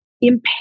impair